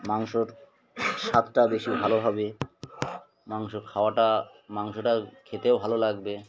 মাংসর স্বাদটা বেশি ভালো হবে মাংস খাওয়াটা মাংসটা খেতেও ভালো লাগবে